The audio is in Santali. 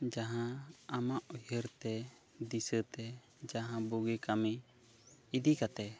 ᱡᱟᱦᱟᱸ ᱟᱢᱟᱜ ᱩᱭᱦᱟᱹᱨ ᱛᱮ ᱫᱤᱥᱟᱹᱛᱮ ᱡᱟᱦᱟᱸ ᱵᱩᱜᱤ ᱠᱟᱹᱢᱤ ᱤᱫᱤ ᱠᱟᱛᱮ